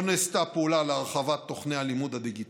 לא נעשתה פעולה להרחבת תוכני הלימוד הדיגיטלי,